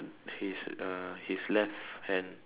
his uh his left hand